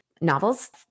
novels